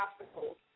obstacles